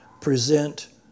present